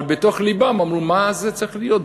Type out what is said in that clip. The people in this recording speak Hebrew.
אבל בתוך לבם אמרו, מה זה צריך להיות?